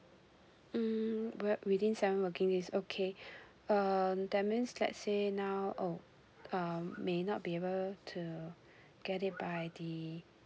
mm well within seven working days okay um that means let's say now oh um may not be able to get it by the